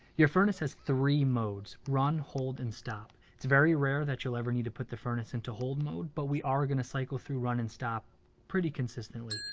your furnace has three modes run, hold and stop. it's very rare that you'll ever need to put the furnace in to hold mode, but we are gonna cycle through run and stop pretty consistently.